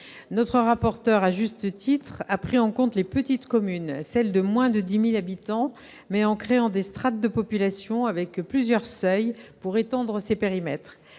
M. le rapporteur a pris en compte, à juste titre, les petites communes, celles de moins de 10 000 habitants, mais en créant des strates de population avec plusieurs seuils pour étendre ces périmètres.